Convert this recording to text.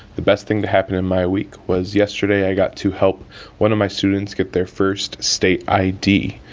the best thing to happen in my week was yesterday, i got to help one of my students get their first state id.